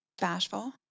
Bashful